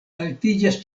altiĝas